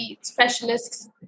specialists